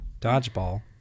Dodgeball